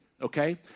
Okay